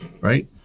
Right